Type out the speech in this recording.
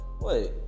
wait